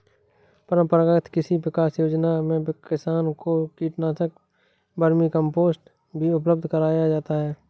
परम्परागत कृषि विकास योजना में किसान को कीटनाशक, वर्मीकम्पोस्ट भी उपलब्ध कराया जाता है